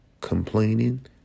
Complaining